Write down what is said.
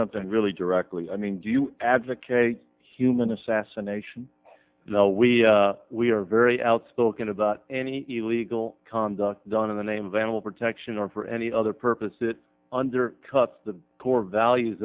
something really directly i mean do you advocate human assassination we we are very outspoken about any illegal conduct done in the name of animal protection or for any other purpose it under cuts the core values